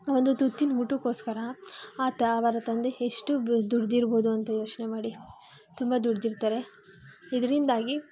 ಒಂದು ತುತ್ತಿನ ಊಟಕ್ಕೋಸ್ಕರ ಆತ ಅವರ ತಂದೆ ಎಷ್ಟು ದುಡ್ದಿರ್ಬೋದು ಅಂತ ಯೋಚನೆ ಮಾಡಿ ತುಂಬ ದುಡ್ದಿರ್ತಾರೆ ಇದರಿಂದಾಗಿ